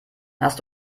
hast